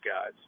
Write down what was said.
guys